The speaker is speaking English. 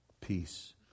peace